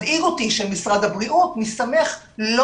מדאיג אותי שמשרד הבריאות מסתמך לא